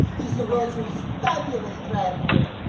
she's the world's most fabulous drag queen,